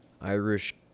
Irish